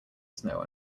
snow